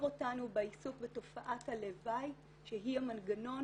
אותנו בעיסוק בתופעת הלוואי שהיא המנגנון